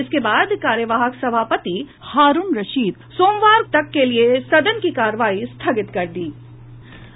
इसके बाद कार्यवाहक सभापति हारूण रशीद ने सोमवार तक के लिए सदन की कार्यवाही स्थगित कर दी गयी